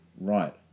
Right